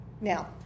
Now